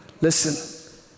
listen